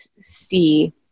see